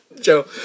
Joe